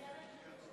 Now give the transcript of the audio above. איזה?